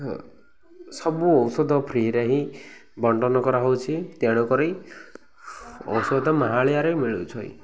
ସବୁ ଔଷଧ ଫ୍ରୀରେ ହିଁ ବଣ୍ଣ୍ଡନ କରାହଉଛି ତେଣୁ କରି ଔଷଧ ମାହାଳିଆରେ ମିଳୁଛି